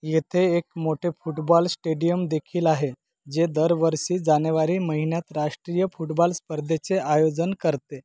येथे एक मोठे फुटबॉल श्टेडियम देखील आहे जे दरवर्षी जानेवारी महिन्यात राष्ट्रीय फुटबॉल स्पर्धेचे आयोजन करते